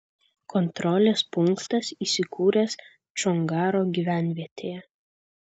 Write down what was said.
kontrolės punktas įsikūręs čongaro gyvenvietėje